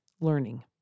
learning